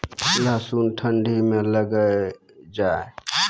लहसुन ठंडी मे लगे जा?